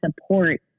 support